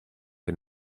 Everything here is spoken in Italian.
che